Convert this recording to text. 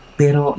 pero